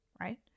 right